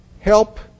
Help